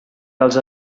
dels